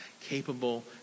capable